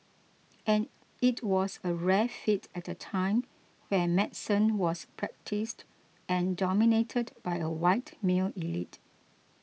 and it was a rare feat at a time when medicine was practised and dominated by a white male elite